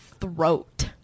throat